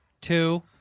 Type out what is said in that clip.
Two